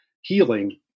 healing